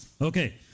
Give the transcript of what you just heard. Okay